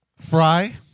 Fry